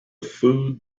food